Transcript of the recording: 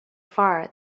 far